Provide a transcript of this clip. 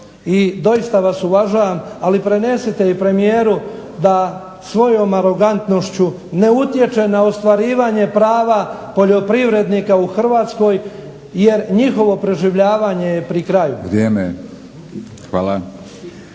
doista vas uvažavam ali prenesite i premijeru da svojom arogantnošću ne utječe na ostvarivanje prava poljoprivrednika u Hrvatskoj jer njihovo preživljavanje je pri kraju.